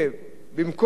במקום טוטל לוס,